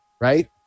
right